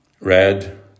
Red